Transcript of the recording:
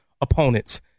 opponents